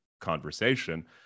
conversation